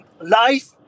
life